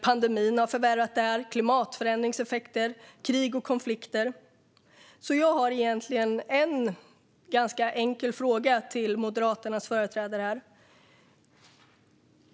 Pandemin, klimatförändringseffekter, krig och konflikter har förvärrat läget. Jag har egentligen en ganska enkel fråga till Moderaternas företrädare här.